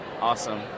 Awesome